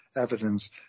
evidence